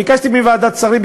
ביקשתי מוועדת שרים,